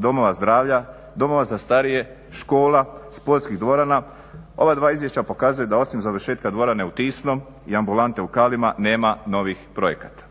domova zdravlja, domova za starije, škola, sportskih dvorana ova dva izvješća pokazuju da osim da završetka dvorane u Tisnom i ambulante u Kalima nema novih projekta.